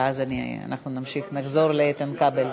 ואז אנחנו נחזור לאיתן כבל.